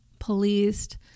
policed